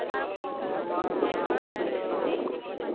ᱢᱚᱬᱮ ᱢᱟᱦᱟ